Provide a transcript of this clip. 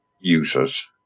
users